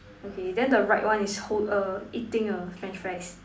okay then the right one is hold err eating a French fries